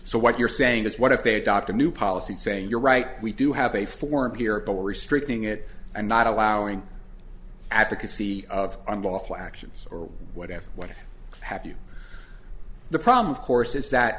so what you're saying is what if they adopt a new policy saying you're right we do have a form here but we're restricting it and not allowing advocacy of unlawful actions or whatever what have you the problem of course is that